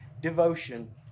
devotion